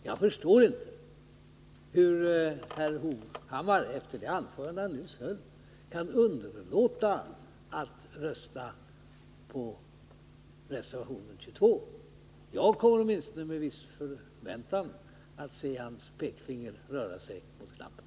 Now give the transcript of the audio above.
Jag förstår inte hur herr Hovhammar efter det anförande som han nyss höll kan underlåta att rösta på reservationen 22. Jag kommer med viss förväntan att se hans pekfinger röra sig mot knappen.